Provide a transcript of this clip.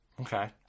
Okay